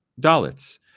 Dalits